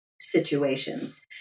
situations